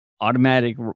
automatic